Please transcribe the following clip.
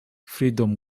freedom